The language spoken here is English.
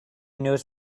knows